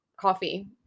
coffee